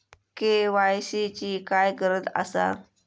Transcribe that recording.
KYC ची काय गरज आसा?